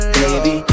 baby